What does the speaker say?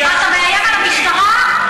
אתה מאיים על המשטרה?